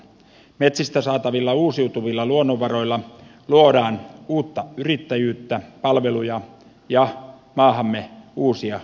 metsistä saatavilla uusiutuvilla luonnonvaroilla luodaan uutta yrittäjyyttä palveluja ja maahamme uusia työpaikkoja